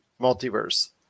Multiverse